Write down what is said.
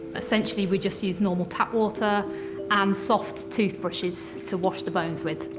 essentially we just use normal tap water and soft toothbrushes to wash the bones with,